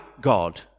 God